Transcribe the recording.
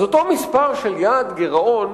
אז אותו מספר של יעד גירעון,